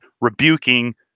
rebuking